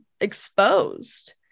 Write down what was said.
exposed